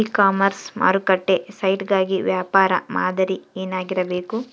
E commerce ಮಾರುಕಟ್ಟೆ site ಗಾಗಿ ವ್ಯವಹಾರ ಮಾದರಿ ಏನಾಗಿರಬೇಕು?